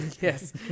Yes